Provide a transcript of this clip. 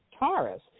Taurus